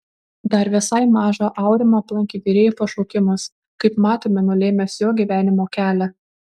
dar visai mažą aurimą aplankė virėjo pašaukimas kaip matome nulėmęs jo gyvenimo kelią